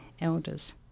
elders